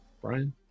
Brian